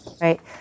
Right